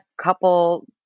couple